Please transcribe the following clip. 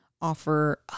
offer